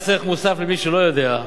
מס ערך מוסף, למי שלא יודע,